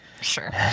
Sure